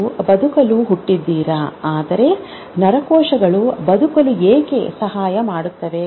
ನೀವು ಬದುಕಲು ಹುಟ್ಟಿದಿರಾ ಆದರೆ ನರಕೋಶಗಳು ಬದುಕಲು ಏಕೆ ಸಹಾಯ ಮಾಡುತ್ತವೆ